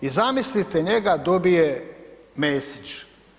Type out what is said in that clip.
I zamislite, njega dobije Mesić.